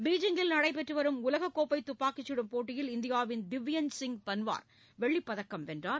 பீஜிங்கில் நடைபெற்றுவரும் உலககோப்பைதுப்பாக்கிச் சுடும் போட்டியில் இந்தியாவின் திவ்யஞ்ச் சிங் பன்வார் வெள்ளிப் பதக்கம் வென்றார்